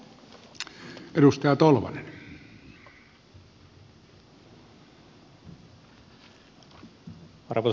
arvoisa herra puhemies